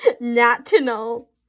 national